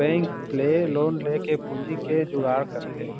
bank ले loan लेके पूंजी के जुगाड़ करथे